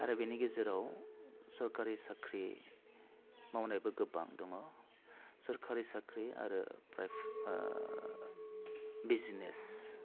आरो बिनि गेजेराव सरकारि साख्रि मावनायबो गोबां दङ सरकारि साख्रि आरो प्राइफ बिजनेस